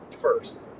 first